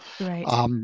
Right